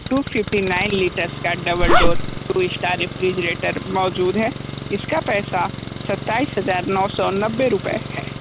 to fifty nine litres का double door two star refrigerator मौजूद है इसका पैसा सत्ताईस हज़ार नौ सौ नब्बे रुपये हैं